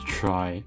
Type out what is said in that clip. try